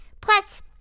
Plus